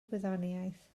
gwyddoniaeth